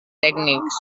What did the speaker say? tècnics